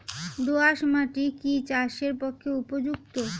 দোআঁশ মাটি কি চাষের পক্ষে উপযুক্ত?